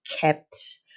kept